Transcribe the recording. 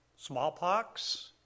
smallpox